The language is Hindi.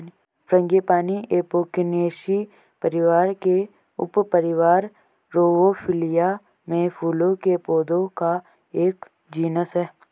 फ्रांगीपानी एपोकिनेसी परिवार के उपपरिवार रौवोल्फिया में फूलों के पौधों का एक जीनस है